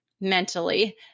mentally